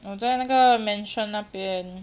我在那个 mansion 那边